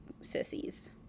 sissies